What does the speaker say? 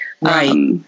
Right